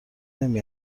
نمی